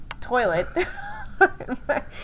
toilet